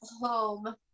home